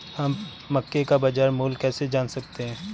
हम मक्के का बाजार मूल्य कैसे जान सकते हैं?